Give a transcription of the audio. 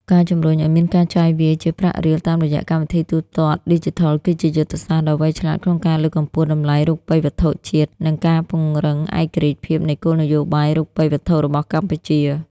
ការជម្រុញឱ្យមានការចាយវាយជាប្រាក់រៀលតាមរយៈកម្មវិធីទូទាត់ឌីជីថល គឺជាយុទ្ធសាស្ត្រដ៏វៃឆ្លាតក្នុងការលើកកម្ពស់តម្លៃរូបិយវត្ថុជាតិ និងការពង្រឹងឯករាជ្យភាពនៃគោលនយោបាយរូបិយវត្ថុរបស់កម្ពុជា។